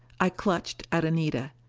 i clutched at anita.